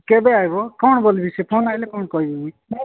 କେବେ ଆସିବ କ'ଣ ବୋଲିବି ସେ ଫୋନ୍ ଆସିଲେ କ'ଣ କହିବି